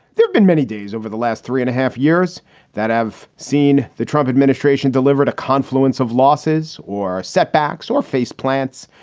there have been many days over the last three and a half years that have seen the trump administration delivered a confluence of losses or setbacks or face plants.